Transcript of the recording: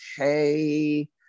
okay